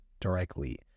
directly